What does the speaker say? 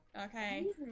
Okay